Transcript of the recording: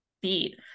beat